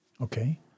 Okay